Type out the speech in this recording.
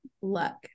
luck